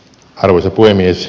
arvoisa puhemies